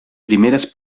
primeres